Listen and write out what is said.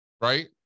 right